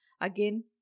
Again